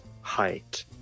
height